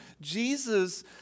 Jesus